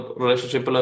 relationship